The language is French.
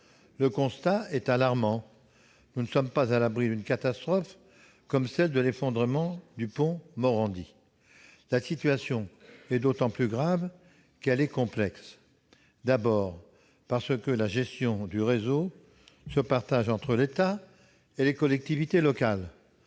Le constat est alarmant : nous ne sommes pas à l'abri d'une catastrophe comme l'effondrement du pont Morandi. La situation est d'autant plus grave qu'elle est complexe. En effet, d'une part, la gestion du réseau se partage entre l'État et les collectivités locales